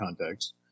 context